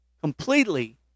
completely